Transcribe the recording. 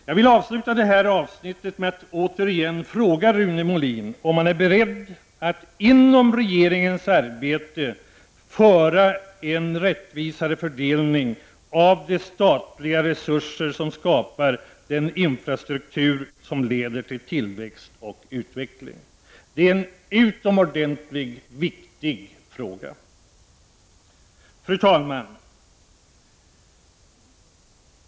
Jag vill avsluta det här avsnittet med att återigen fråga Rune Molin om han är beredd att inom regeringens arbete föra en rättvisare fördelning av de statliga resurser som skapar den infrastruktur som leder till tillväxt och utveckling. Det är en utomordentligt viktig fråga. Fru talman!